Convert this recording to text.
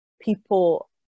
people